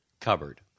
cupboard